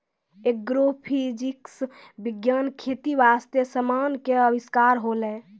agrophysics विज्ञान खेती बास्ते समान के अविष्कार होलै